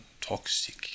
toxic